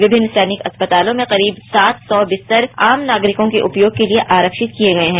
विभिन्न सैनिक अस्पतालों में करीबसात सौ विस्तर आम नागरिकों के उपयोग के लिए आरक्षित किए गए हैं